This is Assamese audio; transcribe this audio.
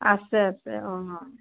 আছে আছে অঁ